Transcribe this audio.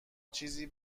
چیزی